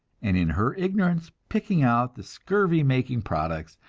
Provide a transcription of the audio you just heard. and in her ignorance picking out the scurvy-making products,